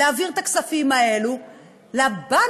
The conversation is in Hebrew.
להעביר את הכספים האלה לבנקים?